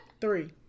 Three